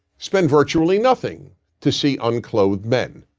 spend virtually nothing to see unclothed men.